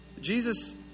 Jesus